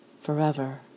forever